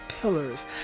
pillars